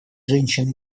женщин